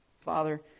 Father